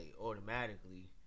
automatically